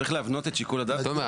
צריך להבנות את שיקול הדעת --- תומר,